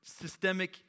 systemic